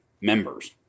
members